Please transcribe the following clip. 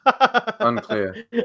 unclear